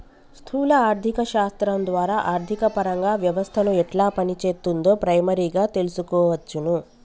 స్థూల ఆర్థిక శాస్త్రం ద్వారా ఆర్థికపరంగా వ్యవస్థను ఎట్లా పనిచేత్తుందో ప్రైమరీగా తెల్సుకోవచ్చును